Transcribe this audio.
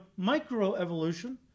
microevolution